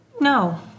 No